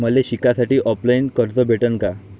मले शिकासाठी ऑफलाईन कर्ज भेटन का?